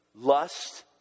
lust